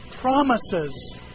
promises